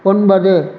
ஒன்பது